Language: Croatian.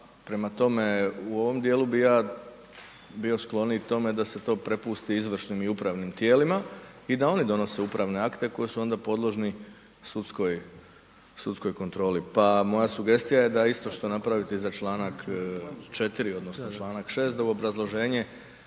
prema tome, u ovom dijelu bi ja bio skloniji tome da se to prepusti izvršnim i upravnim tijelima i da one donose upravne akte koji su onda podložni sudskoj kontroli, pa moja sugestija je da isto što napravite za čl. 4., odnosno čl. 6. da u obrazloženje